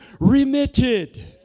remitted